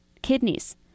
kidneys